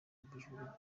ubujura